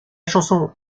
chanson